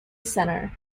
centre